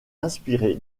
inspiré